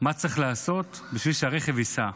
מה צריך לעשות כדי שהרכב ייסע,